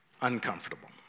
uncomfortable